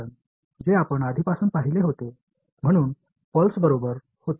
நீங்கள் ஏற்கனவே பார்த்த பல்ஸ் செயல்பாடு இங்கே 0 ஆகவும் இங்கே 1 ஆகவும் உள்ளது